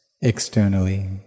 externally